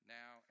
now